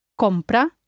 compra